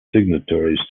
signatories